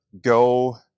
go